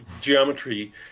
geometry